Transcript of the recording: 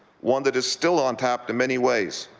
one that is still untapped in many ways.